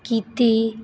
ਕੀਤੀ